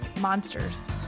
monsters